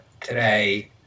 today